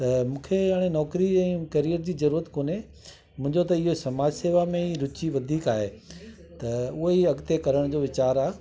त मूंखे हाणे नौकिरी ऐं करियर जी ज़रूरुत कोन्हे मुंहिंजो त इहो समाज शेवा में ई रूचि वधीक आहे त उहो ई अॻिते करण जो वीचार आहे